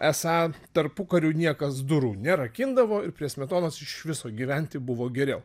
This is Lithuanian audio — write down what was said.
esą tarpukariu niekas durų nerakindavo ir prie smetonos iš viso gyventi buvo geriau